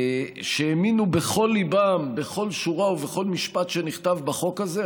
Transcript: שהאמינו בכל ליבם בכל שורה ובכל משפט שנכתב בחוק הזה,